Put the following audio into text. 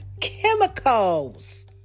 chemicals